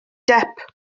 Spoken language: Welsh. depp